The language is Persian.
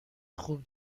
خوب